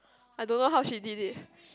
I don't know how she did it